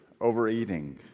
overeating